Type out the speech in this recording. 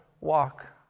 walk